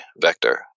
vector